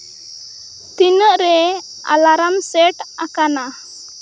ᱛᱤᱱᱟᱹᱜ ᱨᱮ alarm set ᱟᱠᱟᱱᱟ